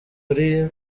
ari